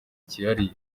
cyihariye